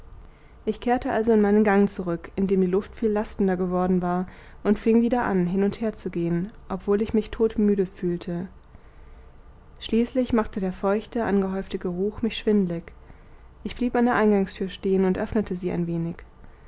ich kehrte also in meinen gang zurück in dem die luft viel lastender geworden war und fing wieder an hin und her zu gehen obwohl ich mich todmüde fühlte schließlich machte der feuchte angehäufte geruch mich schwindlig ich blieb an der eingangstür stehen und öffnete sie ein wenig